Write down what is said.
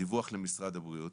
דיווח למשרד הבריאות.